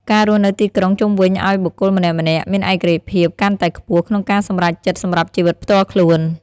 ការរស់នៅទីក្រុងជំរុញឱ្យបុគ្គលម្នាក់ៗមានឯករាជ្យភាពកាន់តែខ្ពស់ក្នុងការសម្រេចចិត្តសម្រាប់ជីវិតផ្ទាល់ខ្លួន។